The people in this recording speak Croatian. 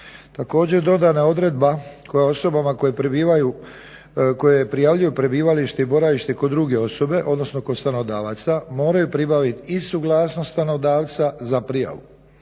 Također, dodana je odredba osobama koje prijavljuju prebivalište i boravište kod druge osobe, odnosno kod stanodavaca moraju pribavit i suglasnost stanodavca za prijavu.